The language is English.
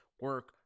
Work